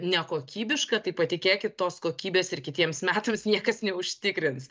nekokybišką tai patikėkit tos kokybės ir kitiems metams niekas neužtikrins